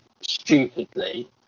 stupidly